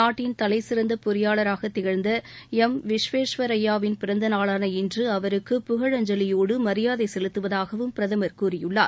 நாட்டின் தலைசிறந்த பொறியாளராக திகழ்ந்த எம் விஸ்வேஸ்வரய்யாவின் பிறந்தநாளான இன்று அவருக்கு புகழஞ்சலியோடு மரியாதை செலுத்துவதாகவும் பிரதமர் கூறியுள்ளார்